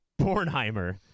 Bornheimer